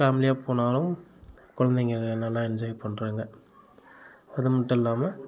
ஃபேமிலியாக போனாலும் குழந்தைங்க நல்லா என்ஜாய் பண்ணுறாங்க அது மட்டும் இல்லாமல்